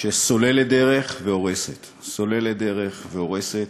שסוללת דרך והורסת, סוללת דרך והורסת.